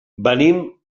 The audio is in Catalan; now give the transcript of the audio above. venim